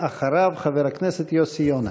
אחריו, חבר הכנסת יוסי יונה.